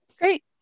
Great